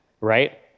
right